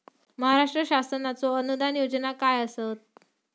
महाराष्ट्र शासनाचो अनुदान योजना काय आसत?